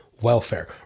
welfare